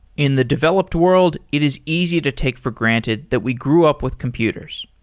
in the developed world, it is easy to take for granted that we grew up with computers.